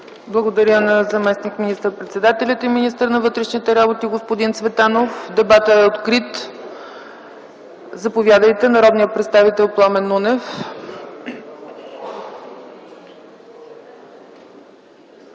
Благодаря на заместник министър-председателя и министър на вътрешните работи господин Цветанов. Дебатът е открит. Заповядайте – народният представител Пламен Нунев.